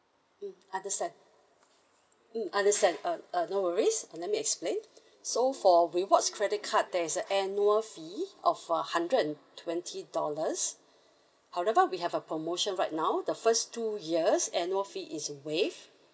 mm understand mm understand uh uh no worries uh let me explain so for rewards credit card there is a annual fee of a hundred and twenty dollars however we have a promotion right now the first two years annual fee is waived